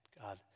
God